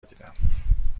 دیدم